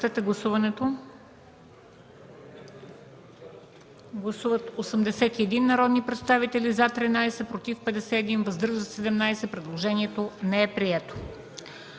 Гласували 81 народни представители: за 13, против 51, въздържали се 17. Предложението не е прието.